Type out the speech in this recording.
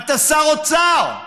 אתה שר אוצר,